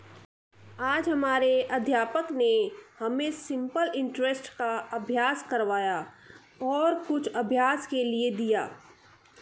आज हमारे अध्यापक ने हमें सिंपल इंटरेस्ट का अभ्यास करवाया और कुछ अभ्यास के लिए दिया